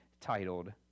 titled